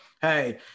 Hey